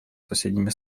соседними